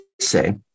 say